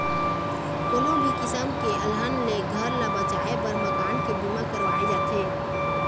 कोनो भी किसम के अलहन ले घर ल बचाए बर मकान के बीमा करवाए जाथे